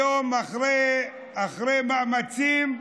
היום, אחרי מאמצים,